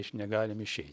iš negalim išei